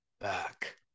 Back